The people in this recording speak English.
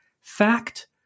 fact